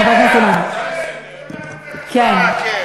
חבר הכנסת אילן?